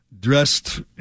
Dressed